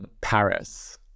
paris